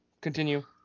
Continue